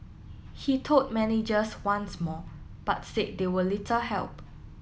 he told managers once more but said they were little help